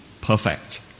perfect